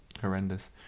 horrendous